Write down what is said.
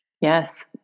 Yes